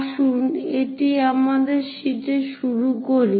আসুন এটি আমাদের শীটে শুরু করি